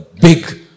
big